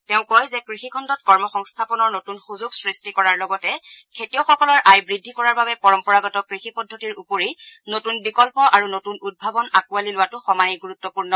তেওঁ কয় যে কৃষিখণ্ডত কৰ্মসংস্থাপনৰ নতুন সুযোগ সৃষ্টি কৰাৰ লগতে খেতিয়কসকলৰ আয় বৃদ্ধি কৰাৰ বাবে পৰম্পৰাগত কৃষি পদ্ধতিৰ উপৰি নতূন বিকল্প আৰু নতূন উদ্ভাৱন আকোঁৱালি লোৱাটো সমানেই গুৰুত্বপূৰ্ণ